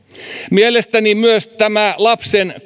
mielestäni myös tätä lapsen